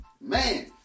man